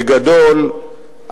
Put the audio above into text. בגדול,